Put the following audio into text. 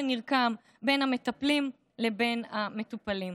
שנבנה ונרקם בין המטפלים לבין המטופלים.